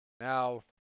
Now